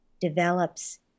develops